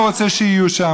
הוא רוצה שיהיו שם,